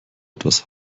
etwas